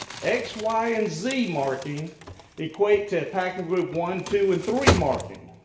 x, y, and z marking equate to a packing group one, two and three marking.